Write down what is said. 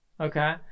Okay